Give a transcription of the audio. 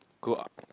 go